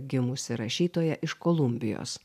gimusi rašytoja iš kolumbijos